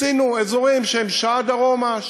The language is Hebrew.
עשינו אזורים שהם שעה דרומה,